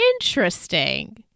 interesting